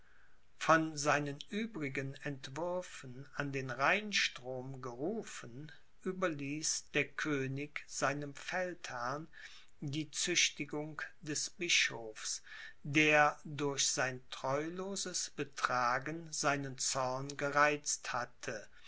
von seinen übrigen entwürfen an den rheinstrom gerufen überließ der könig seinem feldherrn die züchtigung des bischofs der durch sein treuloses betragen seinen zorn gereizt hatte